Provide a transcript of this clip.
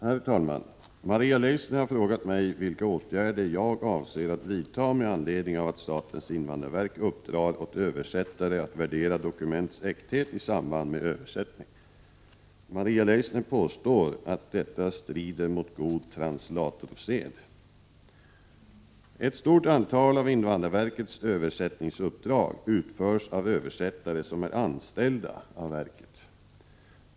Herr talman! Maria Leissner har frågat mig vilka åtgärder jag avser att vidta med anledning av att statens invandrarverk uppdrar åt översättare att värdera dokuments äkthet i samband med översättning. Maria Leissner påstår att detta strider mot god translatorsed. Ett stort antal av invandrarverkets översättningsuppdrag utförs av översättare som är anställda av verket.